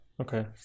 Okay